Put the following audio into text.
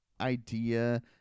idea